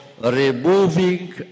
removing